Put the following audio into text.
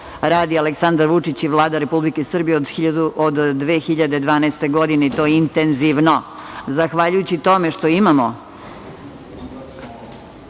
radi Aleksandar Vučić i Vlada Republike Srbije od 2012. godine, i to intenzivno. Zahvaljujući tome što imamo